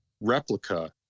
replica